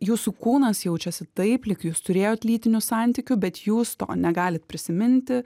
jūsų kūnas jaučiasi taip lyg jūs turėjot lytinių santykių bet jūs to negalit prisiminti